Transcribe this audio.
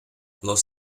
los